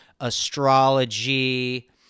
astrology